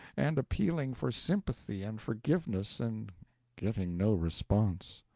and appealing for sympathy and forgiveness and getting no response,